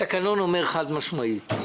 התקנון אומר חד משמעית: